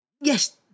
yes